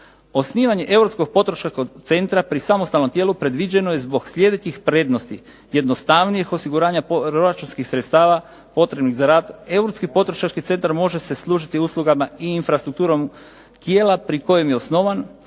Osnivanjem Europskog potrošačkog centra pri samostalnom tijelu predviđeno je zbog sljedećih prednosti: jednostavnijeg osiguranja …/Govornik se ne razumije./… sredstava potrebnih za rad, Europski potrošački centar može se služiti uslugama i infrastrukturom tijela pri kojem je osnovan,